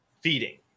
feeding